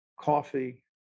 coffee